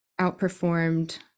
outperformed